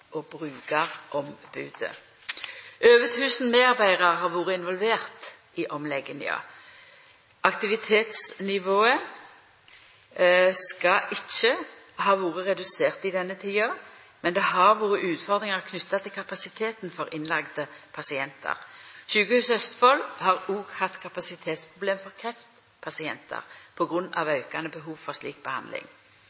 brukerombudet. Over 1 000 medarbeidere har vært involvert i omleggingen. Aktivitetsnivået skal ikke ha vært redusert i denne tiden, men det har vært utfordringer knyttet til kapasiteten for innlagte pasienter. Sykehuset Østfold har også hatt kapasitetsproblemer for